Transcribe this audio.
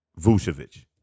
Vucevic